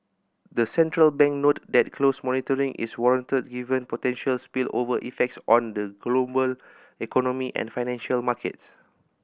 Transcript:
the central bank noted that close monitoring is warranted given potential spillover effects on the global economy and financial markets